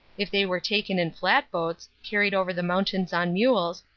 if they were taken in flat boats, carried over the mountains on mules,